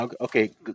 Okay